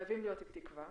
חייבים להיות עם תקווה,